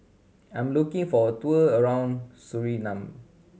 I'm looking for a tour around Suriname